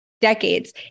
decades